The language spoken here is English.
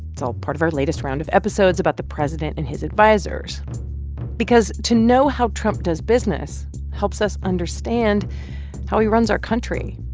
it's all part of our latest round of episodes about the president and his advisers because to know how trump does business helps us understand how he runs our country.